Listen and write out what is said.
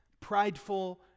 prideful